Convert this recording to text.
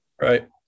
Right